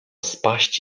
spaść